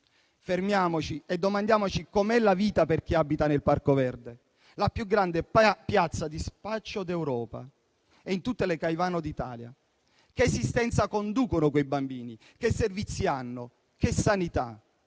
Fermiamoci e domandiamoci com'è la vita per chi abita nel Parco Verde, la più grande piazza di spaccio d'Europa, e in tutte le Caivano d'Italia; domandiamoci che esistenza conducono quei bambini, che servizi hanno, che sanità,